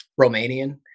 Romanian